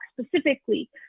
specifically